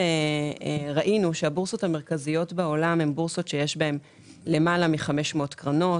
ראינו שהבורסות המרכזיות בעולם הן בורסות שיש בהן למעלה מ-500 קרנות,